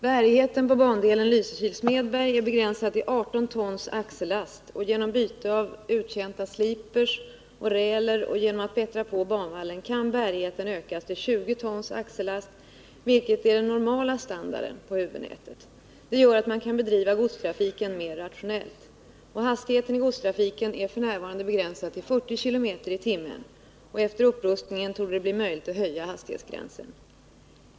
Bärigheten på bandelen Lysekil-Smedberg är begränsad till 18 tons axellast, och genom byte av uttjänta sliprar och räler och genom att bättra på banvallen kan bärigheten ökas till 20 tons axellast, vilket är den normala standarden på huvudnätet. Det gör att man kan bedriva godstrafiken mera rationellt. Hastigheten i godstrafiken är f. n. begränsad till 40 km i timmen, och efter upprustningen torde det bli möjligt att höja hastighetsgränsen i denna trafik.